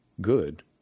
good